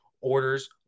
orders